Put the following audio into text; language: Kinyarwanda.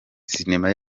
sinema